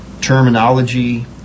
terminology